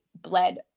bled